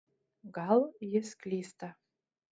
gal jis klysta